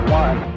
one